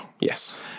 Yes